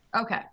Okay